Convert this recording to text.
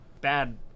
bad